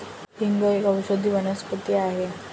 हिंग एक औषधी वनस्पती आहे